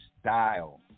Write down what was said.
style